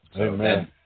Amen